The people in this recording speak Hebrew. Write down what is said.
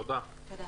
הישיבה ננעלה